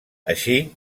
així